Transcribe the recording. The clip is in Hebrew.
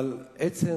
אבל עצם